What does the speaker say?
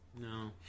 no